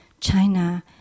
China